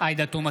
עאידה תומא